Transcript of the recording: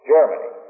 Germany